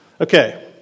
Okay